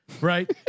right